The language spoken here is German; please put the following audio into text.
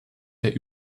der